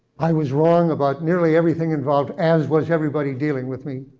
i was wrong about nearly everything involved, as was everybody dealing with me.